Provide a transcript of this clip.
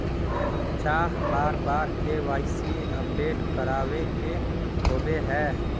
चाँह बार बार के.वाई.सी अपडेट करावे के होबे है?